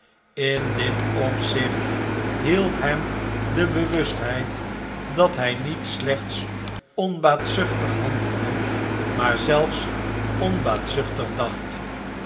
in dit opzicht hielp hem de bewustheid dat hij niet slechts onbaatzuchtig handelde maar zelfs onbaatzuchtig dacht